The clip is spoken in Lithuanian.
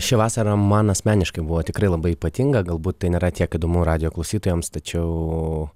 ši vasara man asmeniškai buvo tikrai labai ypatinga galbūt tai nėra tiek įdomu radijo klausytojams tačiau